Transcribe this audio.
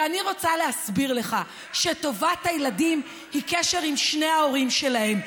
ואני רוצה להסביר לך שטובת הילדים היא קשר עם שני ההורים שלהם,